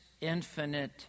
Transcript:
infinite